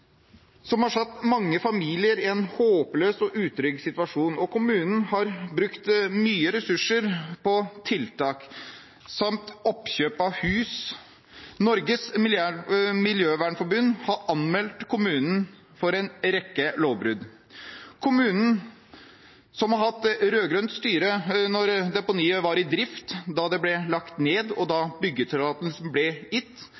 som har satt mange familier i en håpløs og utrygg situasjon, og kommunen har brukt mange ressurser på tiltak samt oppkjøp av hus. Norges Miljøvernforbund har anmeldt kommunen for en rekke lovbrudd. Kommunen – som hadde rød-grønt styre da deponiet var i drift, da det ble lagt ned, og da byggetillatelsen ble gitt